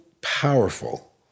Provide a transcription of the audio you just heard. powerful